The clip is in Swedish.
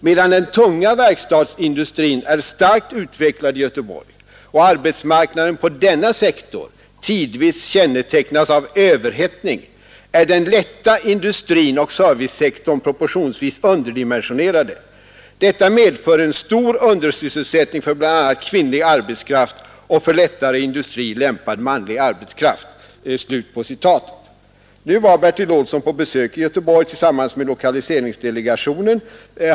Medan den tunga verkstadsindustrin är starkt utvecklad i Göteborg och arbetsmarknaden på denna sektor tidvis kännetecknas av överhettning är den lätta industrin och servicesektorn proportionsvis underdimensionerade. Detta medför en stor undersysselsättning för bl.a. kvinnlig arbetskraft och för lättare industri lämpad manlig arbetskraft.” Nu var Bertil Olsson på besök i Göteborg tillsammans med lokaliseringsdelegationen.